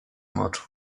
moczu